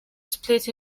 split